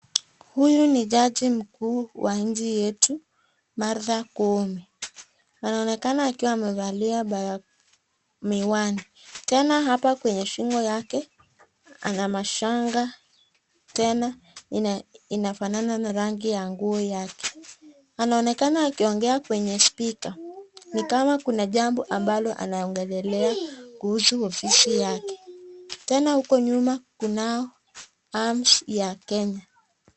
Huyu ni jaji mkuu wa nchi yetu Martha Kumi. Anaonekana akiwa amevaa miwani. Tena hapa kwenye shingo yake ana mashanga. Tena inafanana na rangi ya nguo yake. Anaonekana akiongea kwenye spika. Ni kama kuna jambo ambalo anaongelelea kuhusu ofisi yake. Tena huko nyuma kuna arms ya Kenya.